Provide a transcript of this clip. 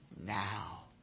now